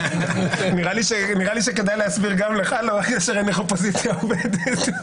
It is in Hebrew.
נראה לי שכדאי להסביר גם לך איך אופוזיציה עובדת.